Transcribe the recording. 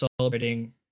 celebrating